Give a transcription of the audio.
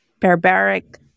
barbaric